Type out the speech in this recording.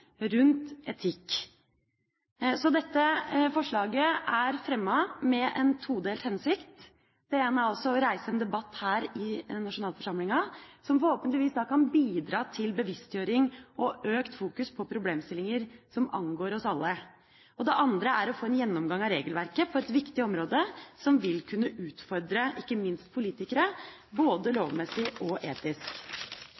rundt etikk. Så dette forslaget er fremmet med en todelt hensikt: Det ene er å reise en debatt her i nasjonalforsamlingen, som forhåpentligvis kan bidra til bevisstgjøring og økt fokus på problemstillinger som angår oss alle. Det andre er å få en gjennomgang av regelverket på et viktig område, som vil kunne utfordre ikke minst politikere, både